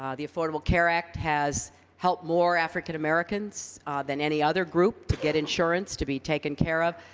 um the affordable care act has helped more african americans than any other group to get insurance, to be taken care of,